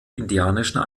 indianischen